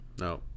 no